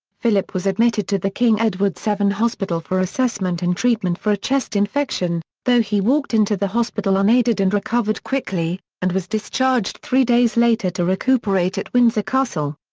philip was admitted to the king edward vii hospital for assessment and treatment for a chest infection, though he walked into the hospital unaided and recovered quickly, and was discharged three days later to recuperate at windsor castle.